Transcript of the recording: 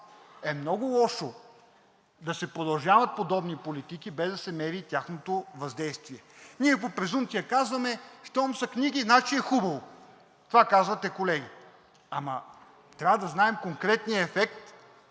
е много лошо да се продължават подобни политики, без да се мери тяхното въздействие. Ние по презумпция казваме – щом са книги, значи е хубаво. Това казвате, колеги. Ама трябва да знаем конкретния ефект,